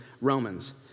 Romans